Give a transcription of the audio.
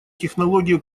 технологию